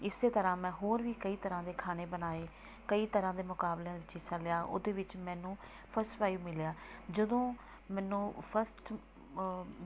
ਇਸੇ ਤਰ੍ਹਾਂ ਮੈਂ ਹੋਰ ਵੀ ਕਈ ਤਰ੍ਹਾਂ ਦੇ ਖਾਣੇ ਬਣਾਏ ਕਈ ਤਰ੍ਹਾਂ ਦੇ ਮੁਕਾਬਲਿਆਂ ਵਿੱਚ ਹਿੱਸਾ ਲਿਆ ਉਹਦੇ ਵਿੱਚ ਮੈਨੂੰ ਫਸਟ ਪ੍ਰਾਈਜ ਮਿਲਿਆ ਜਦੋਂ ਮੈਨੂੰ ਫਸਟ